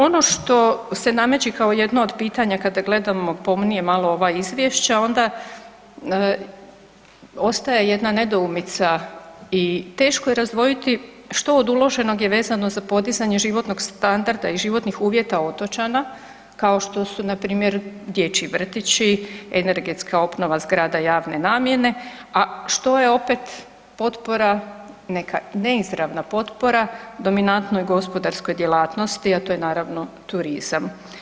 Ono što se nameće kao jedno od pitanja kada gledamo pomnije malo ova izvješće onda ostaje jedna nedoumica i teško je razdvojiti što od uloženog je vezano za podizanje životnog standarda i životnih uvjeta otočana kao što su npr. dječji vrtići, energetska obnova zgrada javne namjene, a što je opet potpora, neka neizravna potpora dominantnoj gospodarskoj djelatnosti, a to je naravno turizam?